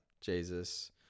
Jesus